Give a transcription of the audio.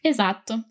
Esatto